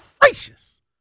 gracious